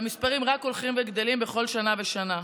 והמספרים רק הולכים וגדלים בכל שנה ושנה.